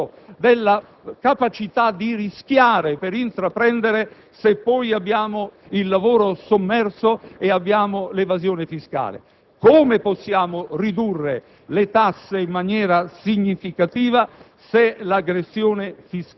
dell'impegno sul lavoro, della capacità di rischiare per intraprendere se poi abbiamo il lavoro sommerso e l'evasione fiscale? Come possiamo ridurre le tasse in maniera significativa